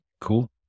Cool